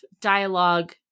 dialogue